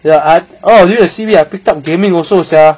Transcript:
ya I oh during C_B I picked up gaming also sia